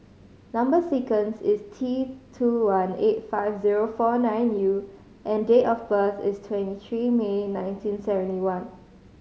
number sequence is T two one eight five zero four nine U and date of birth is twenty three May nineteen seventy one